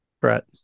brett